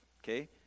okay